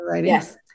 Yes